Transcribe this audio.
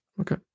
Okay